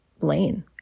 lane